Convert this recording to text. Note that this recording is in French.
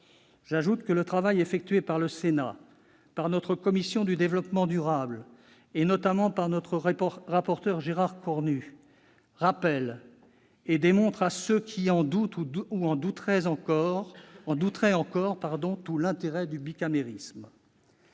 J'ajoute que le travail effectué par le Sénat, par notre commission de l'aménagement du territoire et du développement durable, notamment par notre rapporteur, Gérard Cornu, rappelle et démontre à ceux qui en douteraient encore tout l'intérêt du bicamérisme.